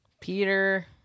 Peter